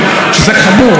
אתה צרוד קצת, השר.